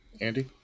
Andy